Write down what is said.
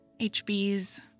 HB's